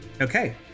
Okay